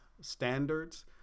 standards